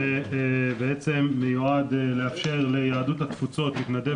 זה בעצם מיועד לאפשר ליהדות התפוצות להתנדב